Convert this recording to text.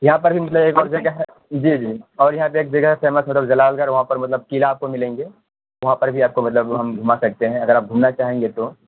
یہاں پر بھی مطلب ایک اور جگہ ہے جی جی اور یہاں پہ ایک جگہ ہے فیمس مطلب جلال گڑھ وہاں پر مطلب قلعہ آپ کو ملیں گے وہاں پر بھی آپ کو مطلب ہم گھما سکتے ہیں اگر آپ گھومنا چاہیں گے تو